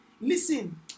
Listen